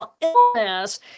illness